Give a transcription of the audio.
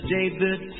David